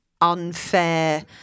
unfair